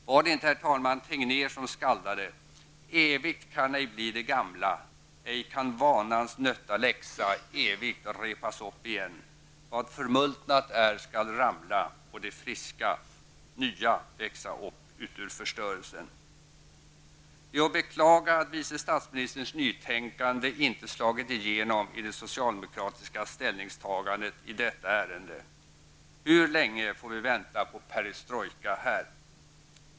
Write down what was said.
Var det inte, herr talman, Tegnér som skaldade: Evigt kan ej bli det gamla ej kan vanans nötta läxa evigt repas opp igen. Vad förmultnat är skall ramla, och det friska, nya växa opp utur förstörelsen. Jag beklagar att vice statsministerns nytänkande inte slagit igenom i det socialdemokratiska ställningstagandet i detta ärende. Hur länge får vi vänta på perestrojka här?